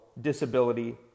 disability